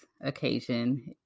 occasion